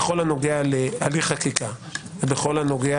בכל הנוגע להליך חקיקה ובכל הנוגע